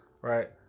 right